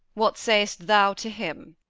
what say'st thou to him?